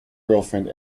girlfriend